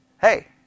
Hey